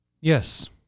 Yes